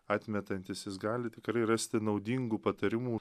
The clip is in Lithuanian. atmetantis jis gali tikrai rasti naudingų patarimų